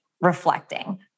reflecting